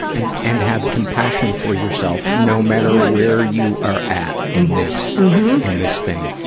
and and have compassion for yourself, yeah no matter where you are at in this in this thing.